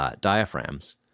diaphragms